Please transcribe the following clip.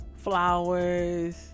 flowers